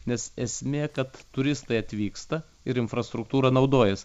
nes esmė kad turistai atvyksta ir infrastruktūra naudojas